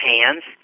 hands